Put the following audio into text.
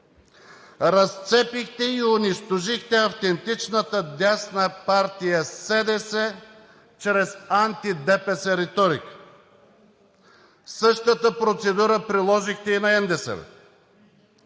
разцепихте и унищожихте автентичната дясна партия СДС чрез анти-ДПС реторика; същата процедура приложихте и на НДСВ;